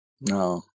No